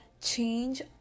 change